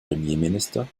premierminister